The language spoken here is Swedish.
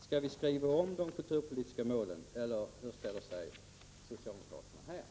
Skall vi skriva om de kulturpolitiska målen, eller hur ställer sig socialdemokraterna till den saken?